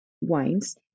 wines